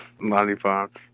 Lollipops